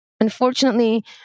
Unfortunately